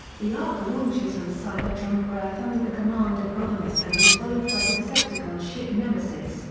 the ark launches from cybertron for earth under the command of rodimus and is followed by the decepticon ship nemesis,